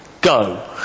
go